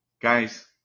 Guys